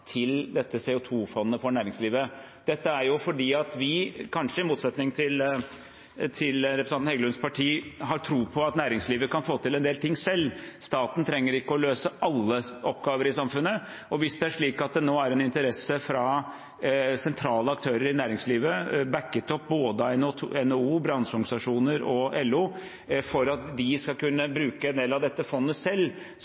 til dette CO 2 -fondet for næringslivet. Dette er fordi vi – kanskje i motsetning til representanten Heggelunds parti – har tro på at næringslivet kan få til en del ting selv, staten trenger ikke å løse alle oppgaver i samfunnet. Og hvis det er slik at det nå er interesse fra sentrale aktører i næringslivet, bakket opp av både NHO, bransjeorganisasjoner og LO, for at de skal